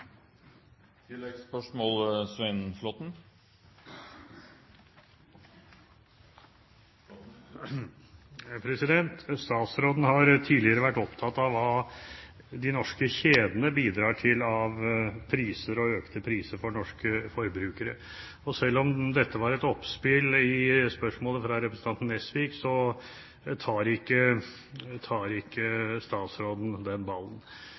Svein Flåtten – til oppfølgingsspørsmål. Statsråden har tidligere vært opptatt av hva de norske kjedene bidrar til av priser og økte priser for norske forbrukere. Selv om dette var et oppspill i spørsmålet fra representanten Nesvik, tar ikke statsråden den ballen.